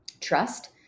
trust